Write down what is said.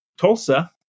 Tulsa